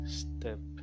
step